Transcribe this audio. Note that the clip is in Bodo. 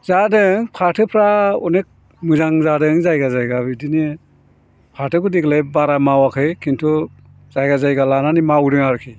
जादों फाथोफ्रा अनेक मोजां जादों जायगा जायगा बिदिनो फाथोखौ देग्लाय बारा मावाखै खिन्थु जायगा जायगा लानानै मावदों आरोखि